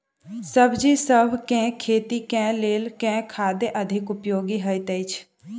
सब्जीसभ केँ खेती केँ लेल केँ खाद अधिक उपयोगी हएत अछि?